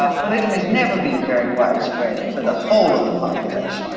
ah polygamy's never been very widespread for the whole of the population.